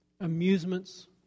Amusements